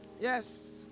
yes